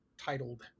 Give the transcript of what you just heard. titled